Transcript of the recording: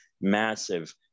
massive